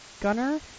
Gunner